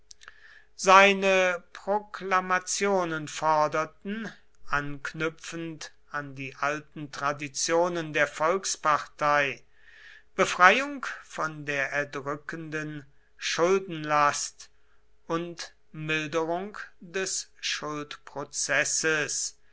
seine proklamationen forderten anknüpfend an die alten traditionen der volkspartei befreiung von der erdrückendem schuldenlast und milderung des